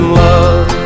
love